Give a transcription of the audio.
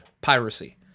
piracy